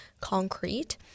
concrete